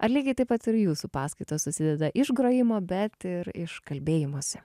ar lygiai taip pat ir jūsų paskaitos susideda iš grojimo bet ir iš kalbėjimosi